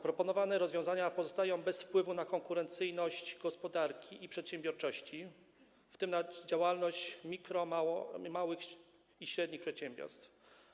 Proponowane rozwiązania pozostają bez wpływu na konkurencyjność gospodarki i przedsiębiorczość, w tym na działalność mikro-, małych i średnich przedsiębiorstw.